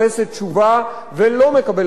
ולא מקבלת את התשובה הזו,